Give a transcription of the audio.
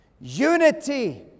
unity